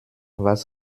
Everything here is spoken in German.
was